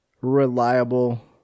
reliable